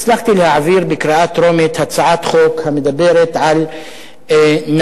הצלחתי להעביר בקריאה טרומית הצעת חוק המדברת על נציג